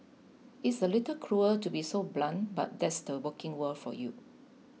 it's a little cruel to be so blunt but that's the working world for you